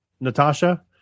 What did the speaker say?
Natasha